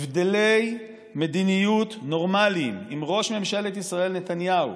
הבדלי מדיניות נורמליים עם ראש ממשלת ישראל נתניהו